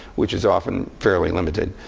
which is often fairly limited.